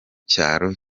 cyaro